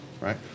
right